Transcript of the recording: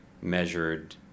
measured